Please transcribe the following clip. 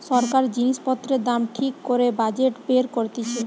সরকার জিনিস পত্রের দাম ঠিক করে বাজেট বের করতিছে